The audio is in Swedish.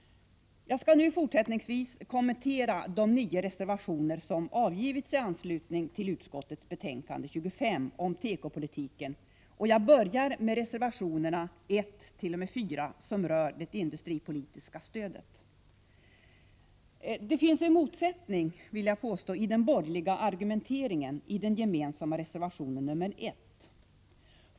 Jag skall nu fortsättningsvis kommentera de nio reservationer som avgivits i anslutning till utskottets betänkande 25 om tekopolitiken, och jag börjar med reservationerna 1-4, som rör det industripolitiska stödet. Det finns en motsättning, vill jag påstå, i den borgerliga argumenteringen i den gemensamma reservationen nr 1.